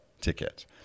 ticket